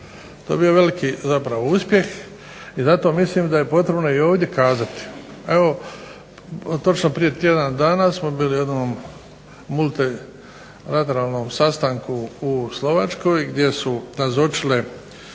To je bio veliki uspjeh. I zato mislim da je potrebno i ovdje kazati. Evo točno prije tjedan dana smo bili u jednom multilateralnom sastanku u Slovačkoj gdje su nazočile